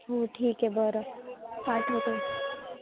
हो ठीक आहे बरं पाठवतो